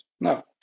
No